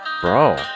Bro